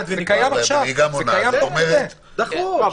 נהיגה מונעת -- נכון,